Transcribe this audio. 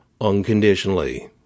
unconditionally